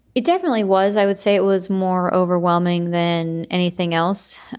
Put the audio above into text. it definitely was. i would say it was more overwhelming than anything else.